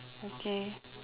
okay